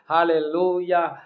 Hallelujah